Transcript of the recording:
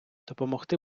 допомогти